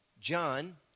John